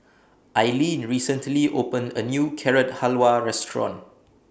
Ilene recently opened A New Carrot Halwa Restaurant